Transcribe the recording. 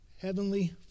Heavenly